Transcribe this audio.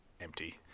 empty